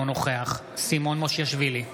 אינו נוכח סימון מושיאשוילי,